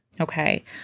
okay